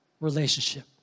relationship